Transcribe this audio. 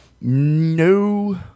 No